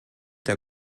der